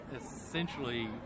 essentially